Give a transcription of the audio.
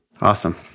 Awesome